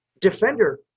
defender